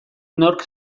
nork